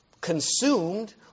consumed